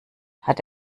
hat